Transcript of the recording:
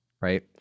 right